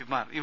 പിമാർ യു